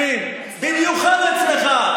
במיוחד אצלך.